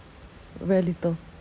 very little